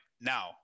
now